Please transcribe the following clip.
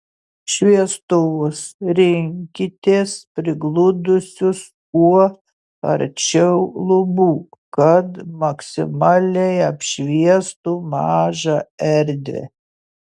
šviestuvus rinkitės prigludusius kuo arčiau lubų kad maksimaliai apšviestų mažą erdvę